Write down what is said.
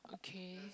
okay